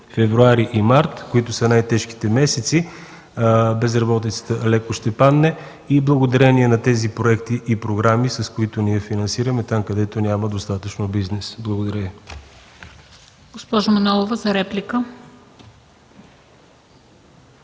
февруари и март, които са най-тежките месеци, безработицата леко ще падне и благодарение на тези проекти и програми, с които ние финансираме там, където няма достатъчно бизнес. Благодаря